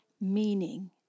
meaning